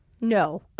no